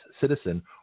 citizen